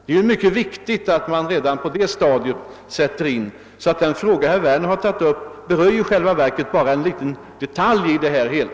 Det är mycket viktigt att man gör något redan på det stadiet. Den fråga herr Werner har tagit upp berör alltså i själva verket bara en liten detalj av det hela.